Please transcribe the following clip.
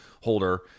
holder